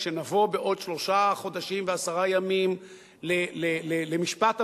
כשנבוא בעוד שלושה חודשים ועשרה ימים למשפט הבוחר,